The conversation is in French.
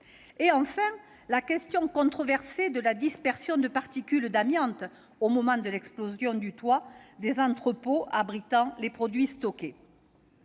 il y a la question controversée de la dispersion de particules d'amiante au moment de l'explosion du toit des entrepôts abritant les produits stockés.